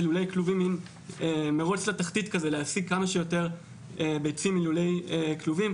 לולי כלובים להשיג כמה שיותר ביצים מלולי כלובים,